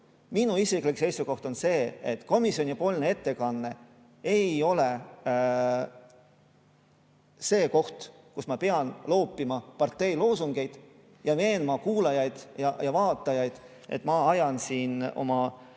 Minu isiklik seisukoht on see, et komisjonipoolne ettekanne ei ole see koht, kus ma pean loopima partei loosungeid, veenma kuulajaid ja vaatajaid, et ma ajan siin oma